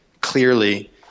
clearly